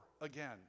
again